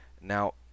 Now